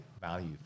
value